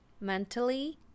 mentally